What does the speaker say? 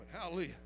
Hallelujah